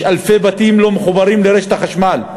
יש אלפי בתים לא מחוברים לרשת החשמל,